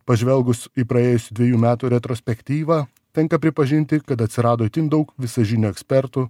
pažvelgus į praėjusių dvejų metų retrospektyvą tenka pripažinti kad atsirado itin daug visažinių ekspertų